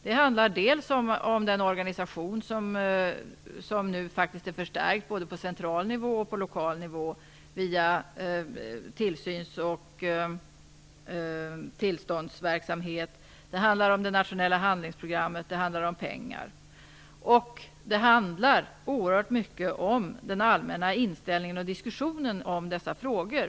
Det handlar dels om den organisation som nu faktiskt är förstärkt på både central och lokal nivå via tillsyns och tillståndsverksamhet, dels om det nationella handlingsprogrammet och om pengar. Det handlar också oerhört mycket om den allmänna inställningen till och diskussionen om dessa frågor.